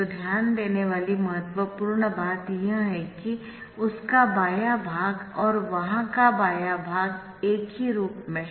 तो ध्यान देने वाली महत्वपूर्ण बात यह है कि उसका बायाँ भाग और वहाँ का बायाँ भाग एक ही रूप में है